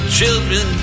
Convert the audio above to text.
children